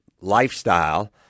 lifestyle